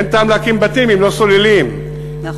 אין טעם להקים בתים אם לא סוללים, נכון.